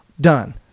done